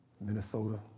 Minnesota